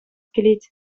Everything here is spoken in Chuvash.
килет